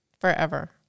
Forever